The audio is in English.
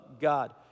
God